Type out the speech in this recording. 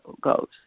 goes